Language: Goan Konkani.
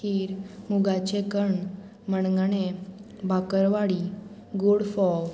खीर मुगाचें कण मणगाणें बाकरवाडी गोड फोव